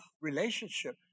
relationship